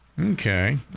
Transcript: okay